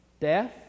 Death